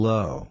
Low